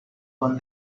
one